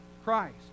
Christ